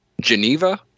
Geneva